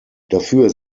dafür